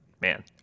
man